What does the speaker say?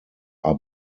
are